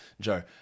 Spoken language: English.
Joe